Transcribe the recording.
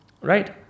right